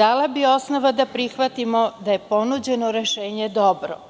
dala bi osnova da prihvatimo da je ponuđeno rešenje dobro.